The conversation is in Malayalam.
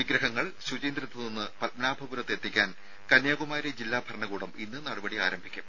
വിഗ്രഹങ്ങൾ ശുചീന്ദ്രത്തുനിന്ന് പത്മനാഭപുരത്ത് എത്തിക്കാൻ കന്യാകുമാരി ജില്ലാ ഭരണകൂടം ഇന്ന് നടപടി എടുക്കും